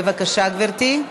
בבקשה, גברתי.